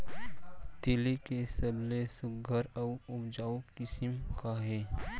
तिलि के सबले सुघ्घर अऊ उपजाऊ किसिम का हे?